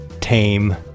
tame